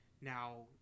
now